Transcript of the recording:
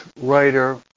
writer